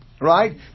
right